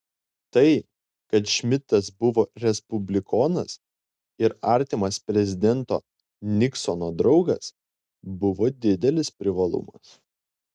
tai kad šmidtas buvo respublikonas ir artimas prezidento niksono draugas buvo didelis privalumas